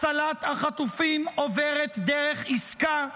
הצלת החטופים עוברת דרך עסקה.